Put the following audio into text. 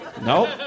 Nope